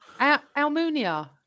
Almunia